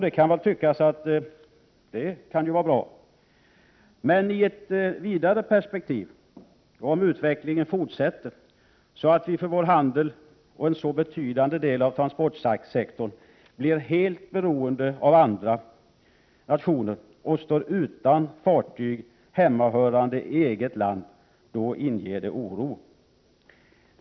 Det kan tyckas att det är bra, men i ett vidare perspektiv inger det oro om utvecklingen fortsätter, så att vi för vår handel och för en så betydande del av transportsektorn blir helt beroende av andra nationer och står utan fartyg hemmahörande i eget land.